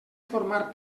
formar